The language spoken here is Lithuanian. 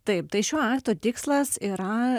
taip tai šio akto tikslas yra